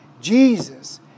Jesus